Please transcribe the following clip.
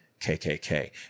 KKK